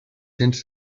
cents